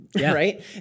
Right